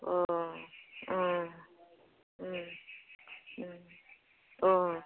अ अ